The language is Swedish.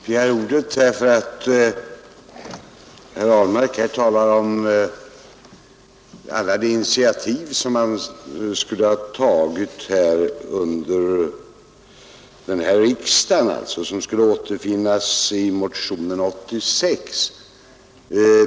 Herr talman! Jag begärde ordet, när herr Ahlmark talade om alla de initiativ som folkpartiet skulle ha tagit under den här riksdagen och som skulle återfinnas i motion nr 86.